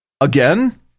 again